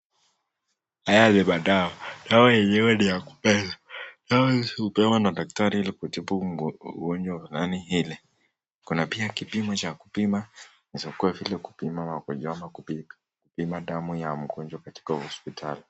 Haya ni madawa, dawa yenyewe ni ya kumeza, dawa hizi hupewa na daktari Ili kutibu ugonjwa fulani hile. Kuna pia kipimo Cha kupima inaweza kuwa vile kupima makojoo au kupima damu ya mgonjwa katika hospitali.